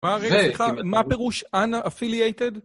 מה הרגשת לך? מה פירוש unaffiliated?